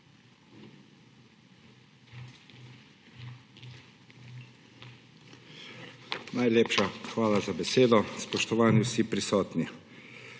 Najlepša hvala za besedo. Spoštovani vsi prisotni!